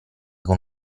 con